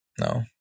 No